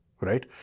Right